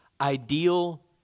ideal